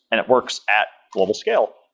and it works at global scale.